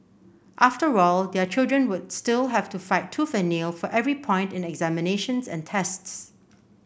after all their children would still have to fight tooth and nail for every point in examinations and tests